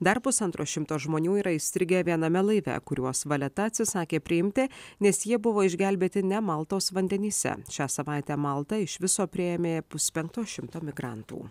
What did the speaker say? dar pusantro šimto žmonių yra įstrigę viename laive kuriuos valeta atsisakė priimti nes jie buvo išgelbėti ne maltos vandenyse šią savaitę malta iš viso priėmė puspenkto šimto migrantų